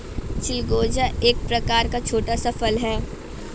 चिलगोजा एक प्रकार का छोटा सा फल है